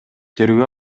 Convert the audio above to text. тергөө